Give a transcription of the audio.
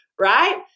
right